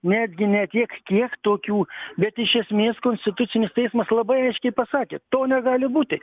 netgi ne tiek kiek tokių bet iš esmės konstitucinis teismas labai aiškiai pasakė to negali būti